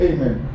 Amen